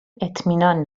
اطمینان